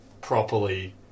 properly